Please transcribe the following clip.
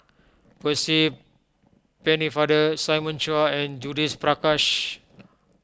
Percy Pennefather Simon Chua and Judith Prakash